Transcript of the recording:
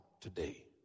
today